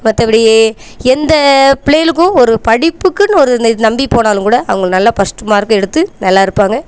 மற்றபடி எந்த பிள்ளைகளுக்கும் ஒரு படிப்புக்குன்னு ஒரு இந்த இது நம்பி போனாலும் கூட அவங்க நல்லா பஸ்ட் மார்க் எடுத்து நல்லா இருப்பாங்க